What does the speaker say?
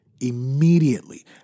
immediately